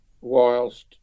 whilst